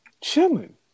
chilling